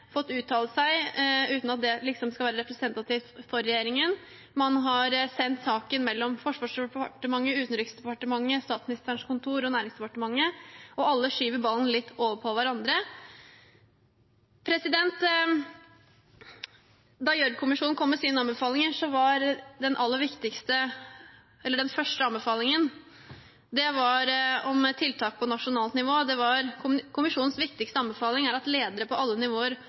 fått uttale seg uten at det liksom skal være representativt for regjeringen, man har sendt saken mellom Forsvarsdepartementet, Utenriksdepartementet, Statsministerens kontor og Næringsdepartementet, og alle skyver ballen litt over til hverandre. Da Gjørv-kommisjonen kom med sine anbefalinger, gjaldt den første av dem tiltak på nasjonalt nivå: «Kommisjonens viktigste anbefaling er at ledere på alle nivåer